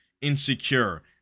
insecure